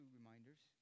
reminders